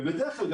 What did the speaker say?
ובדרך כלל,